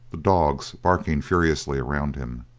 the dogs barking furiously around him.